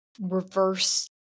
reverse